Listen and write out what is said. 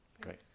Great